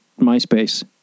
myspace